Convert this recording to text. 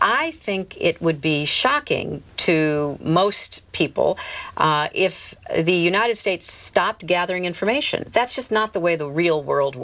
i think it would be shocking to most people if the united states stopped gathering information that's just not the way the real world